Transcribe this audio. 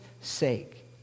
sake